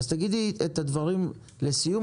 אז תגידי את הדברים לסיום,